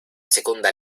seconda